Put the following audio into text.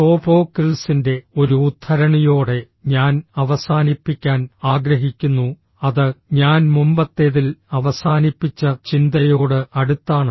സോഫോക്കിൾസിൻറെ ഒരു ഉദ്ധരണിയോടെ ഞാൻ അവസാനിപ്പിക്കാൻ ആഗ്രഹിക്കുന്നു അത് ഞാൻ മുമ്പത്തേതിൽ അവസാനിപ്പിച്ച ചിന്തയോട് അടുത്താണ്